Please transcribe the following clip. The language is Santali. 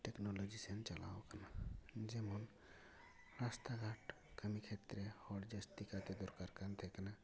ᱴᱮᱠᱱᱳᱞᱳᱡᱤ ᱥᱮᱱ ᱪᱟᱞᱟᱣᱟᱠᱟᱱᱟ ᱡᱮᱢᱚᱱ ᱨᱟᱥᱛᱟ ᱜᱷᱟᱴ ᱠᱟᱹᱢᱤ ᱠᱷᱮᱛᱨᱮ ᱦᱚᱲ ᱡᱟᱹᱥᱛᱤ ᱠᱟᱭᱛᱮ ᱫᱚᱨᱠᱟᱨ ᱠᱟᱱ ᱛᱟᱦᱮᱸ ᱠᱟᱱᱟ ᱟᱨ ᱚᱱᱟ